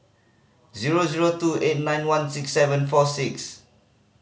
zero zero two eight nine one six seven four six